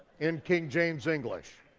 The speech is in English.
in king james english.